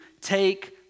take